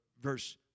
verse